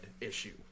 issue